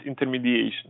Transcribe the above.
intermediation